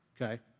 okay